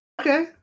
Okay